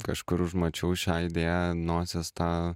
kažkur užmačiau šią idėją nosies tą